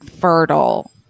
fertile